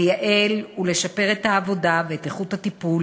לייעל ולשפר את העבודה ואת איכות הטיפול